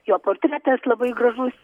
jo portretas labai gražus